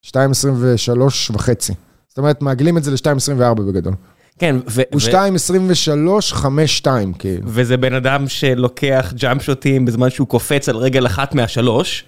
שתיים עשרים ושלוש וחצי, זאת אומרת מעגלים את זה לשתיים עשרים וארבע בגדול. כן, ו... הוא שתיים עשרים ושלוש חמש שתיים, כי... וזה בן אדם שלוקח ג'אם שוטים בזמן שהוא קופץ על רגל אחת מהשלוש.